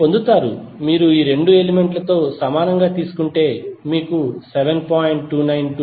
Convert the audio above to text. మీరు పొందుతారు మీరు ఈ 2 ఎలిమెంట్ లతో సమానంగా తీసుకుంటే మీకు 7